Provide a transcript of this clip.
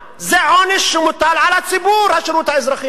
זה עונש שמוטל על הציבור, השירות האזרחי הזה.